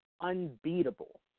unbeatable